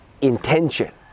intention